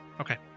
okay